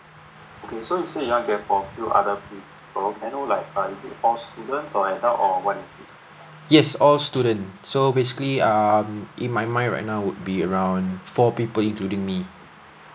yes all student so basically um in my mind right now would be around four people including me